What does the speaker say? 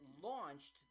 launched